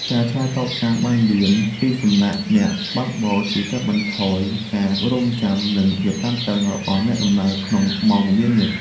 ការឆ្លើយតបសារបានលឿនពីសំណាក់អ្នកបើកបរជួយកាត់បន្ថយការរង់ចាំ និងភាពតានតឹងរបស់អ្នកដំណើរក្នុងម៉ោងមមាញឹក។